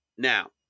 Now